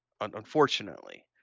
unfortunately